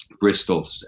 Bristol